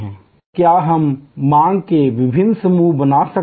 और क्या हम मांग के विभिन्न समूह बना सकते हैं